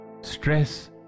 Stress